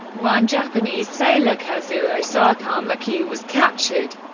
one japanese sailor, kazuo sakamaki, was captured.